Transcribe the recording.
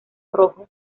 rojo